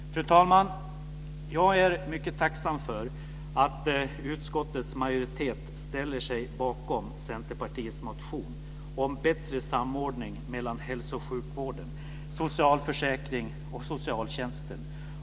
Fru talman! Jag är mycket tacksam för att utskottets majoritet ställer sig bakom Centerpartiets motion om bättre samordning mellan hälso och sjukvården, socialförsäkring och socialtjänsten.